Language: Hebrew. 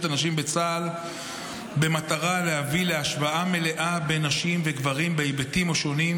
הנשים בצה"ל במטרה להביא להשוואה מלאה בין נשים לגברים בהיבטים השונים: